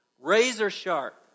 Razor-sharp